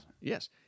Yes